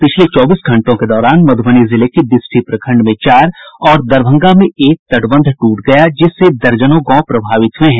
पिछले चौबीस घंटों के दौरान मधुबनी जिले के विस्फी प्रखंड में चार और दरभंगा में एक तटबंध टूट गया जिससे दर्जनों गांव प्रभावित हुए हैं